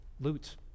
loot